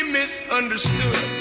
misunderstood